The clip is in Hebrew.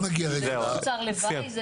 זה לא תוצר לוואי.